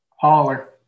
Holler